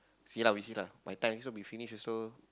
see lah we see lah my time so we finish also